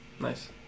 Nice